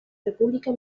república